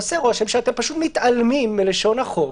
עושה רושם שאתם פשוט מתעלמים מלשון החוק,